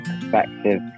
perspective